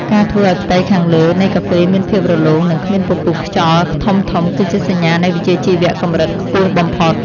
ការធ្វើឱ្យផ្ទៃខាងលើនៃកាហ្វេមានភាពរលោង និងគ្មានពពុះខ្យល់ធំៗ គឺជាសញ្ញានៃវិជ្ជាជីវៈកម្រិតខ្ពស់បំផុត។